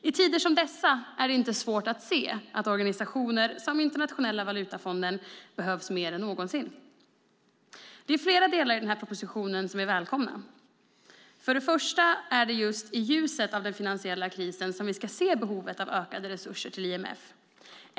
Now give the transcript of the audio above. I tider som dessa är det inte svårt att se att organisationer som Internationella valutafonden behövs mer än någonsin. Det är flera delar i propositionen som vi välkomnar. För det första är det just i ljuset av den finansiella krisen som vi ska se behovet av ökade resurser till IMF.